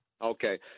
Okay